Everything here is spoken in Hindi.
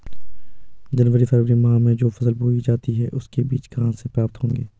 जनवरी फरवरी माह में जो फसल बोई जाती है उसके बीज कहाँ से प्राप्त होंगे?